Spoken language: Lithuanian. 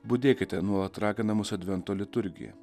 budėkite nuolat ragina mus advento liturgija